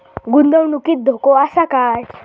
गुंतवणुकीत धोको आसा काय?